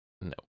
No